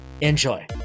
Enjoy